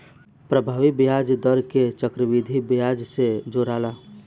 प्रभावी ब्याज दर के चक्रविधि ब्याज से जोराला